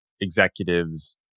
executives